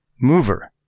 mover